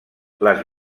les